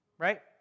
right